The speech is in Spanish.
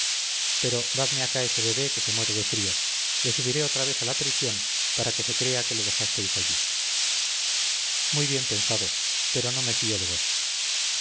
pero dadme acá ese bebé que se muere de frío le subiré otra vez a la prisión para que se crea que le dejasteis allí muy bien pensado pero no me fío de vos